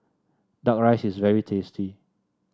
duck rice is very tasty